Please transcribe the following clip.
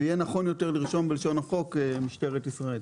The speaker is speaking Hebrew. נכון יהיה יותר לרשום בלשון החוק משטרת ישראל.